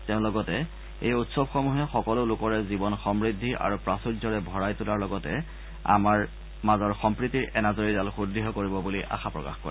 তেওঁ লগতে এই উৎসৱসমূহে সকলো লোকৰে জীৱন সমূদি আৰু প্ৰাচূৰ্যৰে ভৰাই তোলাৰ লগতে আমাৰ মাজৰ সম্প্ৰীতিৰ এনাজৰীডাল সুদৃঢ় কৰিব বুলি আশা প্ৰকাশ কৰে